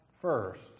first